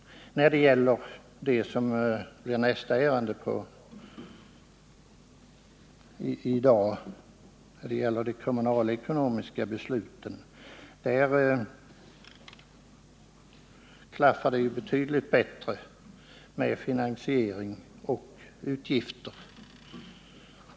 Nästa ärende som vi i dag har att behandla gäller kommunalekonomiska beslut, och där klaffar det betydligt bättre mellan finansiering och utgifter.